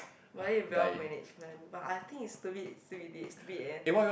but this is wealth management but I think it's stupid stupid ~pid stupid eh